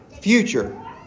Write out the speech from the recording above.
future